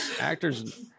actors